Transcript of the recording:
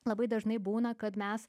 labai dažnai būna kad mes